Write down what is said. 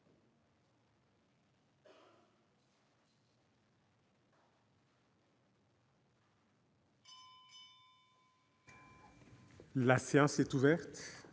La séance est ouverte.